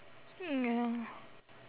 ya